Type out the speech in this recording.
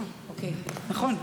אוקיי, נכון.